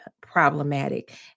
problematic